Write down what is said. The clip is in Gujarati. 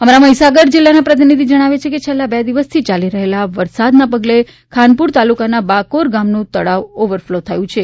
અમારા મહીસાગર જિલ્લાના પ્રતિનિધિ જણાવે છે કે છેલ્લાં બે દિવસથી ચાલી રહેલા વરસાદના પગલે ખાનપુર તાલુકાના બાકોર ગામનું તળાવ ઓવરફ્લો થયું હતું